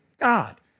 God